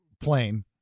plane